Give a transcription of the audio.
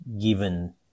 given